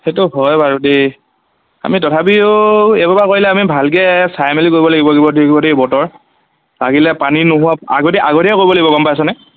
সেইটো হয় বাৰু দেই আমি তথাপিও এইবাৰ পৰা কৰিলে আমি ভালকে চাই মেলি কৰিব লাগিব দেই বতৰ লাগিলে পানী নোহোৱা আগতে আগতীয়াকে কৰিব লাগিব গম পাইছ ন